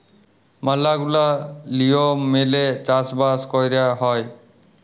ম্যালা গুলা লিয়ম মেলে চাষ বাস কয়রা হ্যয়